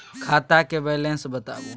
खाता के बैलेंस बताबू?